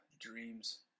dreams